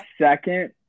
second